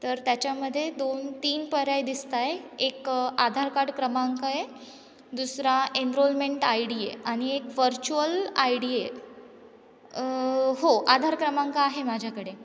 तर त्याच्यामध्ये दोन तीन पर्याय दिसत आहे एक आधार कार्ड क्रमांक आहे दुसरा एनरोलमेंट आय डी आहे आणि एक व्हर्च्युअल आय डी आहे हो आधार क्रमांक आहे माझ्याकडे